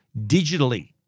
digitally